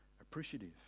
appreciative